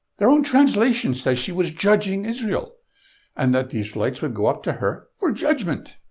their own translation says she was judging israel and that the israelites would go up to her for judgment.